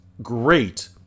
great